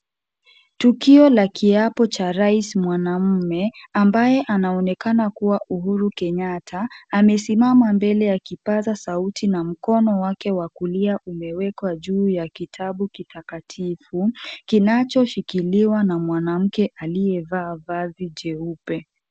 Tukio la kiapo cha rais mwanamume ambaye anaonekana kuwa Uhuru Kenyatta. Amesimama mbele ya kipaza sauti na mkono wake wa kulia umewekwa juu ya kitabu kitakatifu, kinachoshikiliwa na mwanamke aliyevaa vazi jeupe.